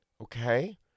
okay